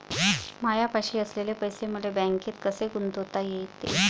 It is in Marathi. मायापाशी असलेले पैसे मले बँकेत कसे गुंतोता येते?